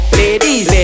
ladies